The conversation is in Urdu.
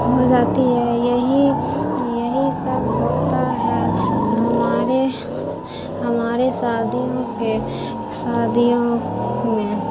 ہو جاتی ہے یہی یہی سب ہوتا ہے ہمارے ہمارے شادیوں کے شادیوں میں